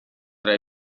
tra